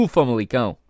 Famalicão